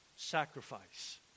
Sacrifice